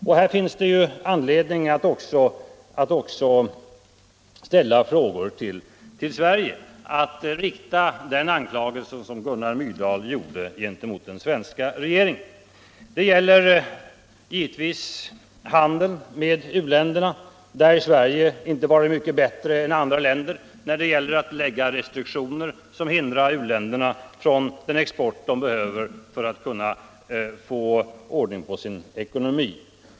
Och den anklagelsen riktar sig också mot den svenska regeringen. Det gäller givetvis handeln med u-länderna, där Sverige inte varit mycket bättre än andra länder vad avser att upprätthålla restriktioner som är ett hinder för u-ländernas export.